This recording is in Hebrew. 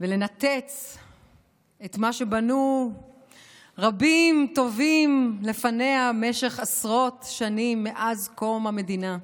ולנתץ את מה שבנו רבים טובים לפניה במשך עשרות שנים מאז קום המדינה,